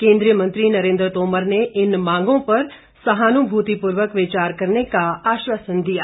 केंद्रीय मंत्री नरेन्द्र तोमर ने इन मांगों पर सहानुभूतिपूर्वक विचार करने का आश्वासन दिया है